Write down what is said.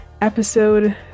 episode